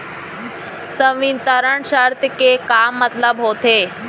संवितरण शर्त के का मतलब होथे?